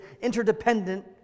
interdependent